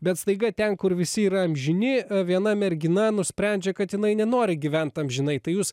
bet staiga ten kur visi yra amžini viena mergina nusprendžia kad jinai nenori gyvent amžinai tai jūs